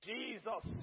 Jesus